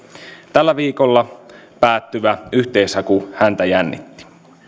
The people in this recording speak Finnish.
tällä viikolla päättyvä yhteishaku häntä jännitti hänen